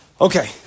Okay